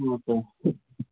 okay